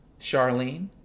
Charlene